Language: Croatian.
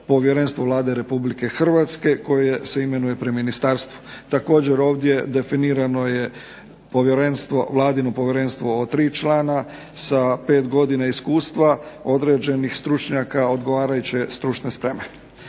Povjerenstvo Vlade Republike Hrvatske koje se imenuje pri ministarstvu. Također ovdje definirano je povjerenstvo, Vladino povjerenstvo od tri člana sa pet godina iskustva određenih stručnjaka odgovarajuće stručne spreme.